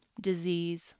disease